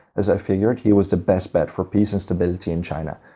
as they figured he was the best bet for peace and stability in china.